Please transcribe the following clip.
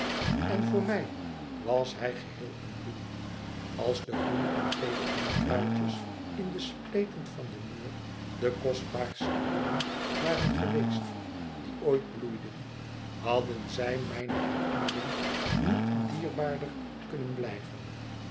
en voor mij was hij geheel in bloei als de groene en gele onkruidjes in de spleten van den muur de kostbaarste bloemen waren geweest die ooit bloeiden hadden zij mijne herinnering niet dierbaarder kunnen blijven